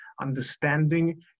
Understanding